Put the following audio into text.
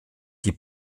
die